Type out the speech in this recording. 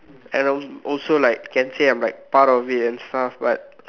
and also like can say like I'm part of it and stuff but